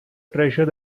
treasure